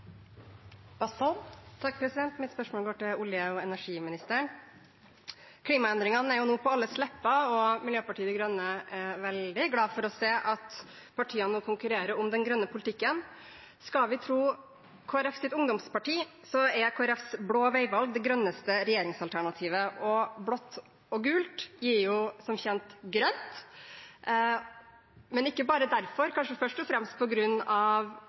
Mitt spørsmål går til olje- og energiministeren. Klimaendringene er jo nå på alles lepper, og Miljøpartiet De Grønne er veldig glad for å se at partiene konkurrerer om den grønne politikken. Skal vi tro Kristelig Folkepartis ungdomsparti, er Kristelig Folkepartis blå veivalg det grønneste regjeringsalternativet. Blått og gult gir som kjent grønt. Men ikke bare derfor, kanskje først og fremst